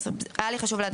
היה לי חושב להדגיש.